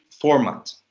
format